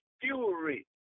fury